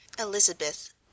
Elizabeth